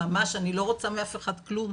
שממש אני לא רוצה מאף אחד כלום,